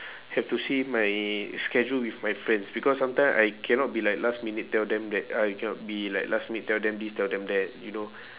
have to see my schedule with my friends because sometime I cannot be like last minute tell them that I cannot be like last minute tell them this tell them that you know